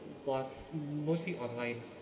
was mostly online